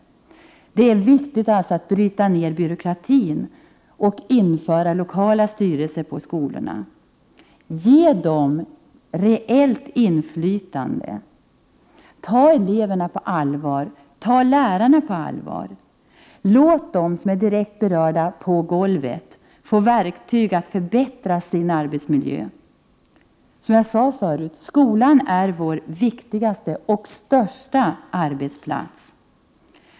Det är viktigt att bryta byråkratin och att införa lokala styrelser i skolorna. Ge skolorna ett reellt inflytande! Ta eleverna på allvar! Ta lärarna på allvar! Låt dem som direkt är berörda och som arbetar på golvet få de verktyg som behövs för att åstadkomma en förbättrad arbetsmiljö. Som jag sade förut är skolan vår viktigaste och största arbetsplats.